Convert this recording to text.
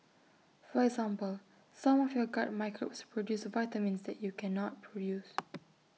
for example some of your gut microbes produce vitamins that you cannot produce